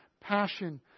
passion